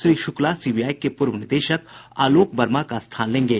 Shri Shukla CBI के पूर्व निदेशक आलोक वर्मा का स्थान लेंगे